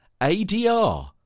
ADR